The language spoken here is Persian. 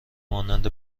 مانند